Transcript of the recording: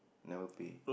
never pay